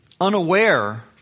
unaware